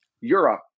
Europe